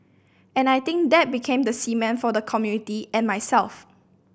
and I think that became the cement for the community and myself